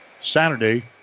Saturday